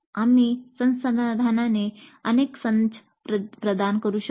आम्ही संसाधनांचे अनेक संच प्रदान करू शकतो